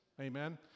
Amen